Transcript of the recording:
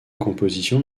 compositions